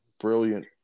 brilliant